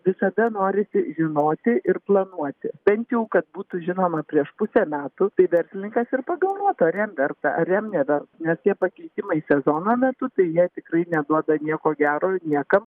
visada norisi žinoti ir planuoti bent jau kad būtų žinoma prieš pusę metų tai verslininkas ir pagalvotų ar jam verta ar jam neverta nes tie pakeitimai sezono metu tai jie tikrai neduoda nieko gero niekam